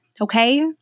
okay